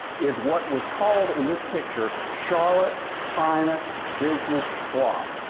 is what was called, in this picture, charlotte's finest business block,